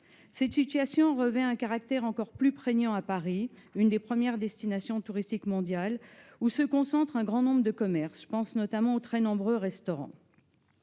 Cette situation revêt un caractère encore plus prégnant à Paris, une des premières destinations touristiques mondiales où se concentre un grand nombre de commerces- je pense notamment aux restaurants.